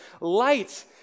light